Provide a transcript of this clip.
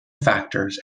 factors